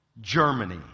Germany